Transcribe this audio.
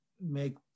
make